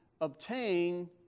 obtain